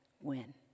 win